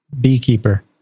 beekeeper